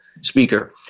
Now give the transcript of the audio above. speaker